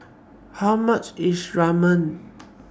How much IS Ramen